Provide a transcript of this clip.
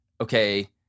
okay